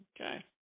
Okay